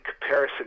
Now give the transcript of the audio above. comparison